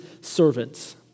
servants